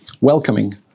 welcoming